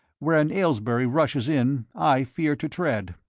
where an aylesbury rushes in i fear to tread.